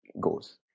goes